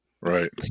Right